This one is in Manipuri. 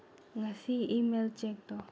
ꯉꯁꯤ ꯏꯃꯦꯜ ꯆꯦꯛ ꯇꯧ